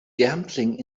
gambling